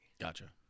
Gotcha